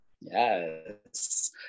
Yes